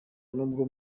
n’ubwo